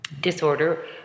disorder